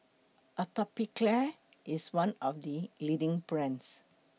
Atopiclair IS one of The leading brands